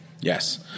Yes